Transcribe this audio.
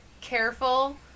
careful